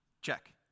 Check